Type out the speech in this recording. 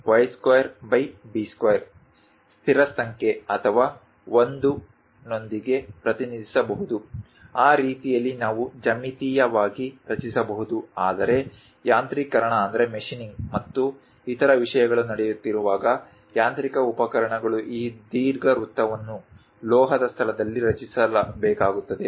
x2a2y2b2 ಸ್ಥಿರ ಸಂಖ್ಯೆ ಅಥವಾ 1 ನೊಂದಿಗೆ ಪ್ರತಿನಿಧಿಸಬಹುದು ಆ ರೀತಿಯಲ್ಲಿ ನಾವು ಜ್ಯಾಮಿತೀಯವಾಗಿ ರಚಿಸಬಹುದು ಆದರೆ ಯಾಂತ್ರೀಕರಣ ಮತ್ತು ಇತರ ವಿಷಯಗಳು ನಡೆಯುತ್ತಿರುವಾಗ ಯಾಂತ್ರಿಕ ಉಪಕರಣಗಳು ಈ ದೀರ್ಘವೃತ್ತವನ್ನು ಲೋಹದ ಸ್ಥಳದಲ್ಲಿ ರಚಿಸಬೇಕಾಗುತ್ತದೆ